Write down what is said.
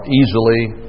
easily